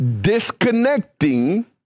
disconnecting